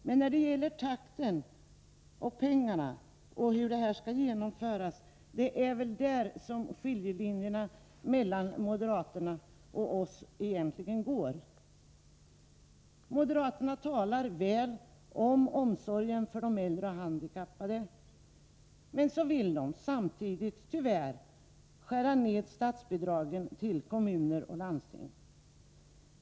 Det är väl egentligen i fråga om utbyggnadstakten och pengarna och hur det skall genomföras som skiljelinjen går mellan moderaterna och oss. Moderaterna talar väl om omsorgen för de äldre och handikappade — men så vill de tyvärr samtidigt skära ned statsbidragen till kommuner och landsting.